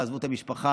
תעזבו את המשפחה,